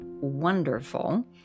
wonderful